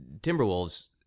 Timberwolves